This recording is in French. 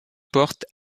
porte